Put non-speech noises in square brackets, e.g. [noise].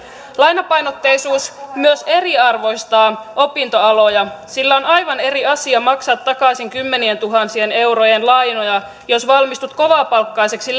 lainapainotteisuus myös eriarvoistaa opintoaloja sillä on aivan eri asia maksaa takaisin kymmenientuhansien eurojen lainoja jos valmistut kovapalkkaiseksi [unintelligible]